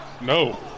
No